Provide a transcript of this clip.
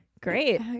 Great